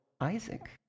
Isaac